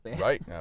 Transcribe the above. right